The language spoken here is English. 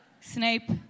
Snape